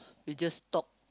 you just talk